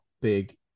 big